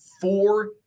four